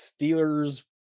Steelers